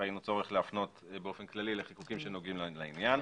ראינו צורך להפנות באופן כללי לחיקוקים שנוגעים לעניין.